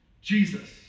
Jesus